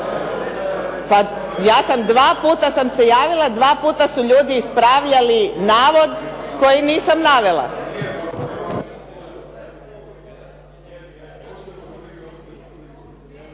Pa ja sam dva puta se javila, dva puta su ljudi ispravljali navod koji nisam navela.